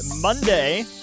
Monday